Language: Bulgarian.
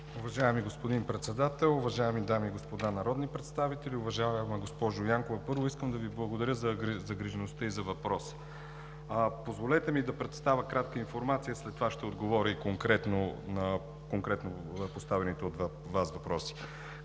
Уважаеми господин Председател, уважаеми дами и господа народни представители! Уважаема госпожо Янкова, първо, искам да Ви благодаря за загрижеността и за въпроса. Позволете ми да представя кратка информация, а след това ще отговоря и на конкретно поставените от Вас въпроси.